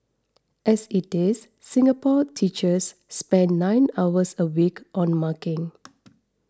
as it is Singapore teachers spend nine hours a week on marking